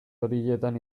horietan